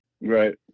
Right